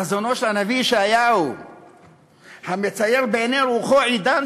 חזונו של הנביא ישעיהו המצייר בעיני רוחו עידן